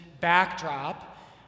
backdrop